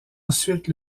ensuite